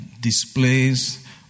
displays